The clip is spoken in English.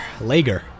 lager